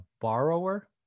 borrower